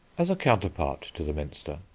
as a counterpart to the minster,